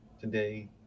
today